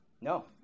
No